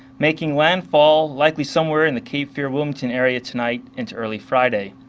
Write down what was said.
making landfall likely somewhere in the cape fear wilmington area tonight into early friday.